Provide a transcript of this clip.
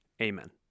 Amen